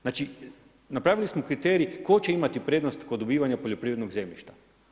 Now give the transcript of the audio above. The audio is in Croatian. Znači, napravili smo kriterij tko će imati prednost kod dobivanja poljoprivrednog zemljišta.